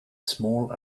small